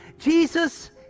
Jesus